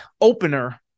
opener